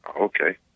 Okay